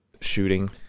shooting